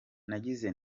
nagize